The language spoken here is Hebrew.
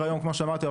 כמו שאמרתי,